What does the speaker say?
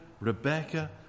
Rebecca